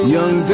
Young